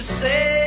say